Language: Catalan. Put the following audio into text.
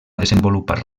desenvolupar